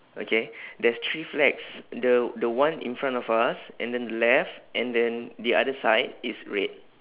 okay there's three flags the the one in front of us and then the left and then the other side is red